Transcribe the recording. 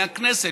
מהכנסת,